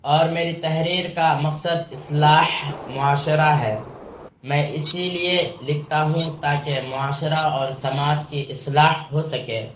اور میری تحریر کا مقصد اصلاح معاشرہ ہے میں اسی لیے لکھتا ہوں تاکہ معاشرہ اور سماج کی اصلاح ہو سکے